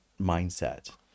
mindset